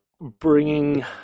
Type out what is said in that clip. bringing